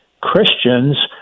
Christians